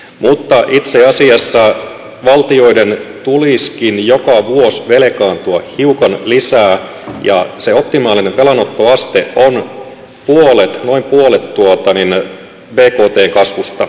mutta itse asiassa valtioiden tulisikin joka vuosi velkaantua hiukan lisää ja se optimaalinen velanottoaste on noin puolet bktn kasvusta